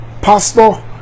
pastor